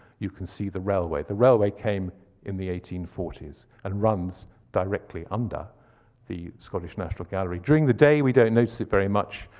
you can see the railway. the railway came in the eighteen forty s, and runs directly under and the scottish national gallery. during the day we don't notice it very much.